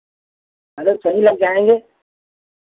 मतलब सही लग जाएँगे